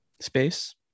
space